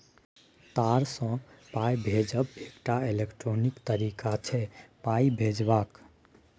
तार सँ पाइ भेजब एकटा इलेक्ट्रॉनिक तरीका छै पाइ भेजबाक